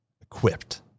Equipped